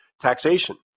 taxation